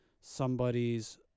somebody's